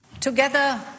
Together